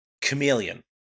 Chameleon